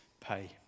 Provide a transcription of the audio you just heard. pay